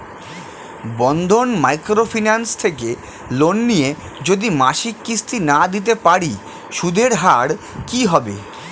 বন্ধন micro finance থেকে loan নিয়ে যদি মাসিক কিস্তি না দিতে পারি সুদের হার কি হবে?